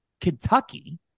Kentucky